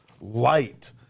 light